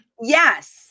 Yes